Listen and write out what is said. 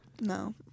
No